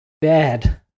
bad